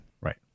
Right